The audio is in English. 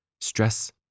stress